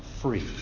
free